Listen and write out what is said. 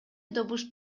добуш